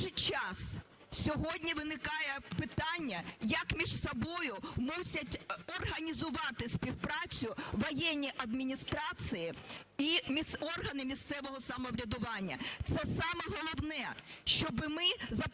же час сьогодні виникає питання, як між собою мусять організувати співпрацю воєнні адміністрації і органи місцевого самоврядування? Це саме головне, щоб ми за прийняттям